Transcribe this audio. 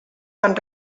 van